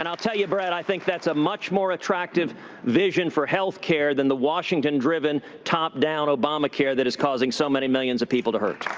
and um tell you, bret, i think that's a much more attractive vision for healthcare than the washington-drive, and top-down obamacare that is causing so many millions of people to hurt.